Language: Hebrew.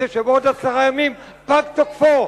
זה שבעוד עשרה ימים פג תוקפו.